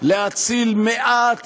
להציל מעט